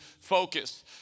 focus